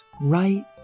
right